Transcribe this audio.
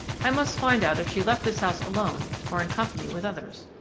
i must find out if she left this house alone or in company with others.